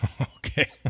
Okay